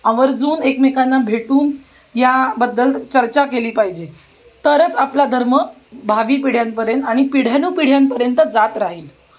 आवर्जून एकमेकांना भेटून याबद्दल चर्चा केली पाहिजे तरच आपला धर्म भावी पिढ्यांपर्यंत आणि पिढ्यानुपिढ्यांपर्यंत जात राहील